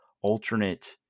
alternate